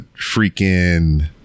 Freaking